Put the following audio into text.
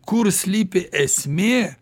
kur slypi esmė